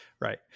right